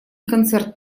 концерт